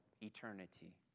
eternity